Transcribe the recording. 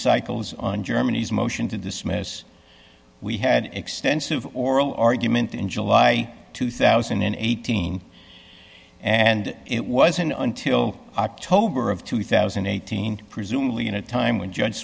cycles on germany's motion to dismiss we had extensive oral argument in july two thousand and eighteen and it wasn't until october of two thousand and eighteen presumably in a time when judge